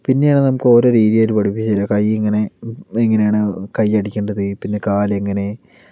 പിന്നെയാണ് നമുക്ക് ഓരോ രീതി അവര് പഠിപ്പിച്ചു തരുക കൈ ഇങ്ങനെ എങ്ങനെയാണ് കയ്യടിക്കേണ്ടത് പിന്നെ കാൽ എങ്ങനെ